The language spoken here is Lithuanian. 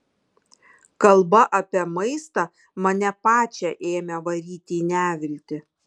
kalba apie maistą mane pačią ėmė varyti į neviltį